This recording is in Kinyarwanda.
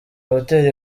hoteli